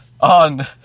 On